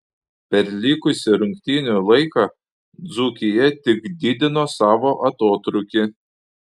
per likusį rungtynių laiką dzūkija tik didino savo atotrūkį